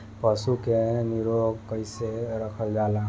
पशु के निरोग कईसे रखल जाला?